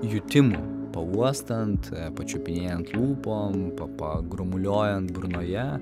jutimų pauostant pačiupinėjant lūpom pa pa grumuliuojant burnoje